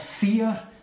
fear